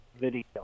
video